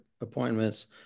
appointments